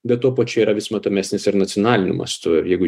bet tuo pačiu yra vis matomesnis ir nacionaliniu mastu jeigu